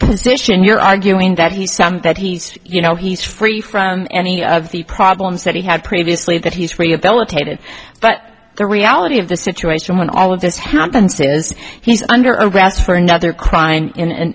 position you're arguing that he said that he you know he's free from any of the problems that he had previously that he's rehabilitated but the reality of the situation when all of this happens to is he's under arrest for another crying in an